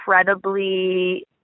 incredibly